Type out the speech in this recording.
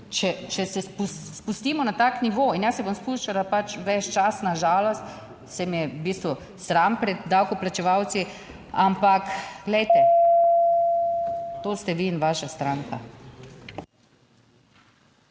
če se spustimo na tak nivo, in jaz se bom spuščala pač ves čas, na žalost, saj me je v bistvu sram pred davkoplačevalci, ampak glejte, to ste vi in vaša stranka.